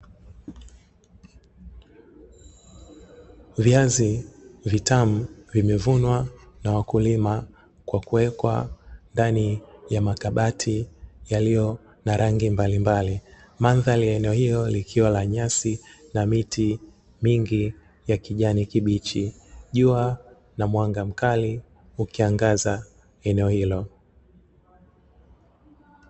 Viazi vitamu vimevunwa na wakulima kwa kuwekwa ndani ya makabati yaliyo na rangi mbalimbali, mandhari ya eneo hilo likiwa la nyasi na miti mingi ya kijani kibichi, jua na mwanga mkali ukiangaza eneo hilo.